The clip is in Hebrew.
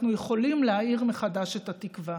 ואנחנו יכולים להאיר מחדש את התקווה.